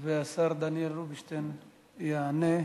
והשר דניאל רובינשטיין יענה.